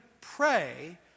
pray